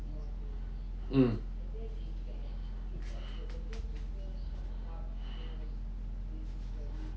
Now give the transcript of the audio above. mm